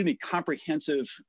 comprehensive